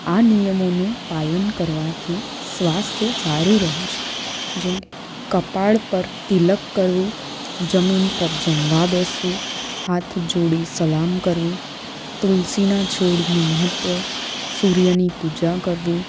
આ નિયમોનું પાલન કરવાથી સ્વાસ્થ્ય સારું રહે છે જેમ કપાળ પર તિલક કરવું જમીન પર જમવા બેસવું હાથ જોડી સલામ કરવું તુલસીના છોડનું મહત્ત્વ સૂર્યની પૂજા કરવું